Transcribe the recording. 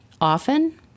often